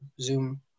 zoom